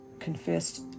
confessed